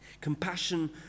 Compassion